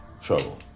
Trouble